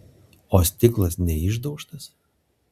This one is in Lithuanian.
o stiklas neišdaužtas